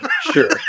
Sure